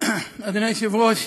אדוני היושב-ראש,